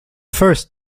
first